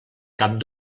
cap